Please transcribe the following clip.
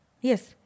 Yes